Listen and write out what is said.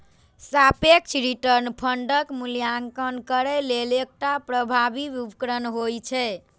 सापेक्ष रिटर्न फंडक मूल्यांकन करै लेल एकटा प्रभावी उपकरण होइ छै